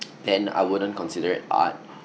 then I wouldn't consider it art